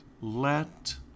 Let